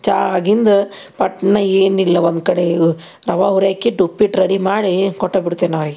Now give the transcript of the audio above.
ಚಾ ಆಗಿಂದ ಪಟ್ನೆ ಏನಿಲ್ಲ ಒಂದು ಕಡೆ ರವೆ ಹುರ್ಯಕ್ಕ ಇಟ್ಟು ಉಪ್ಪಿಟ್ಟು ರೆಡಿ ಮಾಡಿ ಕೊಟ್ಟೇಬಿಡ್ತೀನಿ ಅವ್ರಿಗೆ